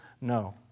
No